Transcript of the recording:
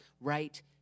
right